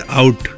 out